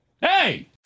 Hey